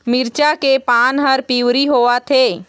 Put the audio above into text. मिरचा के पान हर पिवरी होवथे?